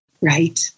right